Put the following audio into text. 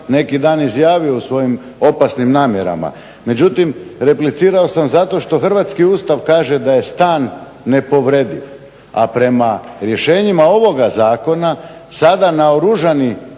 neki dan izjavio u svojim opasnim namjerama. Međutim, replicirao sam zato što hrvatski Ustav kaže da je stan nepovrediv, a prema rješenjima ovog zakona sada naoružani